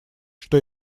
что